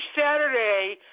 Saturday